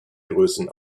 größen